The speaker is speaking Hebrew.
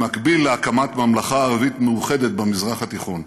במקביל להקמת ממלכה ערבית מאוחדת במזרח התיכון.